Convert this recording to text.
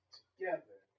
together